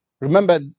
Remember